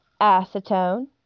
Acetone